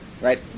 right